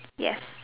ya